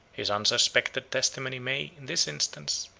his unsuspected testimony may, in this instance,